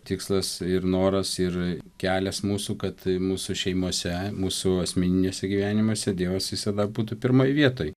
tikslas ir noras ir kelias mūsų kad mūsų šeimose mūsų asmeniniuose gyvenimuose dievas visada būtų pirmoj vietoj